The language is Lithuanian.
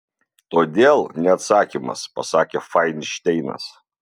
todėl ne atsakymas pasakė fainšteinas